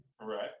Right